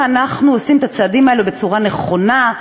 אנחנו עושים את הצעדים האלה בצורה נכונה,